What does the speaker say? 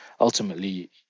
ultimately